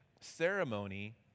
ceremony